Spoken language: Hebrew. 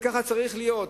וכך צריך להיות,